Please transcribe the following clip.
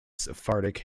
sephardic